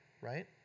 right